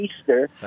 Easter